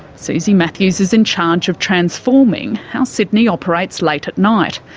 suzie matthews is in charge of transforming how sydney operates late at night,